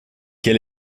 quel